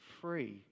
free